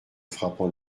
frappant